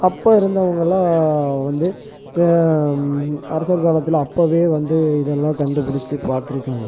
அப்போ இருந்தவங்கள்லாம் வந்து அரசர் காலத்தில் அப்பவே வந்து இதெல்லாம் கண்டுபிடிச்சி பார்த்துருக்காங்க